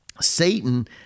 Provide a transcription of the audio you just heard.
Satan